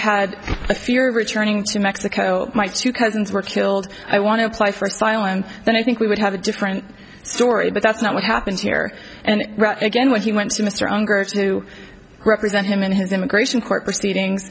had a fear of returning to mexico my two cousins were killed i want to apply for asylum then i think we would have a different story but that's not what happens here and again when he went to mr unger's to represent him in his immigration court proceedings